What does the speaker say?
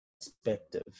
perspective